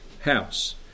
house